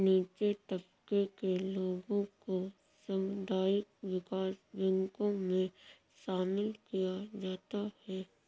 नीचे तबके के लोगों को सामुदायिक विकास बैंकों मे शामिल किया जाता है